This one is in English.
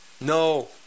no